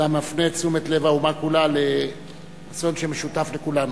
אלא מפנה את תשומת לב האומה כולה לאסון שמשותף לכולנו.